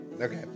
Okay